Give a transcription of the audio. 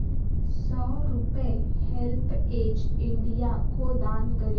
सौ रुपये help age India को दान करें